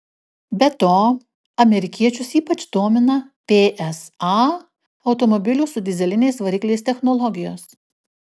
be to amerikiečius ypač domina psa automobilių su dyzeliniais varikliais technologijos